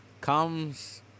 comes